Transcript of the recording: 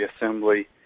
assembly